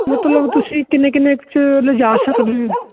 ਮਤਲਬ ਤੁਸੀਂ ਕਿੰਨੇ ਕਿੰਨੇ 'ਚ ਲਿਜਾ ਸਕਦੇ ਹੋ